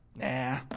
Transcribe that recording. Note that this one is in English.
nah